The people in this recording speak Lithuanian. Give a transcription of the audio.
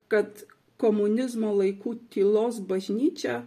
kad komunizmo laikų tylos bažnyčią